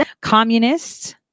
communists